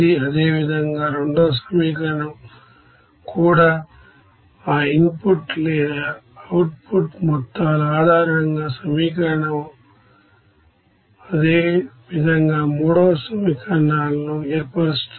అదే విధంగా రెండో సమీకరణం కూడా ఆ ఇన్ పుట్ లేదా అవుట్ పుట్ మొత్తాల ఆధారంగా సమీకరణం అదే విధంగా మూడవ సమీకరణాలను ఏర్పరుస్తుంది